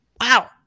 wow